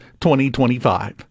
2025